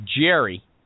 Jerry